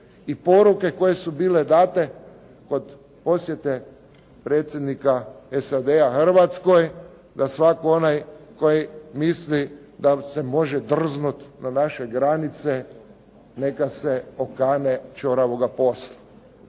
i poruke koje su bile date kod posjete predsjednika SAD-a Hrvatskoj da svatko onaj koji misli da se može drznuti na naše granice neka se okane ćoravoga posla.